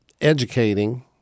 educating